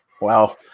Wow